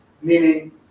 meaning